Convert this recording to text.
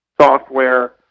software